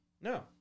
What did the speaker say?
No